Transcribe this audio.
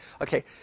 Okay